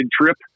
trip